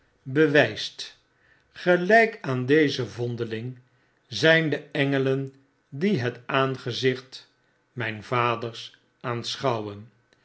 bewijst gelyk aan dezen vondeling zgn de engelen die het aangezicht mflns vaders aanschouwen